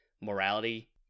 morality